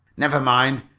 never mind,